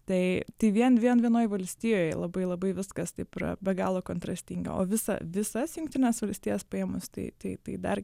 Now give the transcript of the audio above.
tai vien vien vienoj valstijoj labai labai viskas taip be galo kontrastinga o visą visas jungtines valstijas paėmus tai tai dar